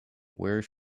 where